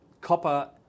copper